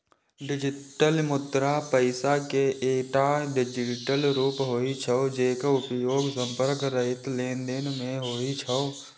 digital मुद्रा पैसा के एकटा डिजिटल रूप होइ छै, जेकर उपयोग संपर्क रहित लेनदेन मे होइ छै